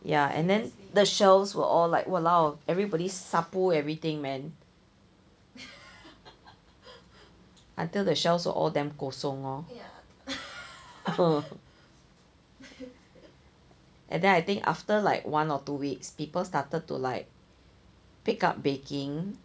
ya and then the shelves were all like !walao! everybody everything man until the shelves are all damn kosong lor and then I think after like one or two weeks people started to like pick up baking